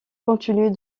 continue